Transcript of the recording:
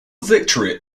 victory